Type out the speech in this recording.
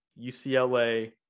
UCLA